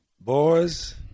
boys